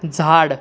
झाड